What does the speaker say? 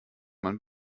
man